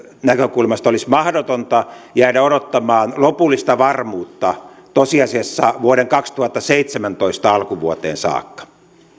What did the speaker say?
näkökulmasta olisi mahdotonta jäädä odottamaan lopullista varmuutta tosiasiassa vuoden kaksituhattaseitsemäntoista alkuvuoteen saakka